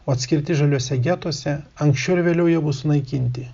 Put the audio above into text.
o atskirti žaliuose getuose anksčiau ar vėliau jie bus sunaikinti